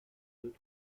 deux